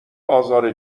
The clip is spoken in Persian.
آزار